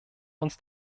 uns